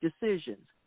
decisions